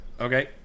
Okay